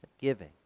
giving